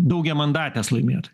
daugiamandatės laimėtoj